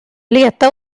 leta